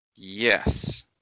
Yes